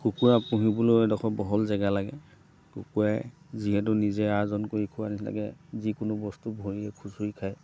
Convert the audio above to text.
কুকুৰা পুহিবলৈ এডোখৰ বহল জেগা লাগে কুকুৰাই যিহেতু নিজে আৰ্জন কৰি খোৱা নিচিনাকৈ যিকোনো বস্তু ভৰিৰে খুচৰি খায়